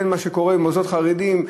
בין מה שקורה במוסדות חרדיים,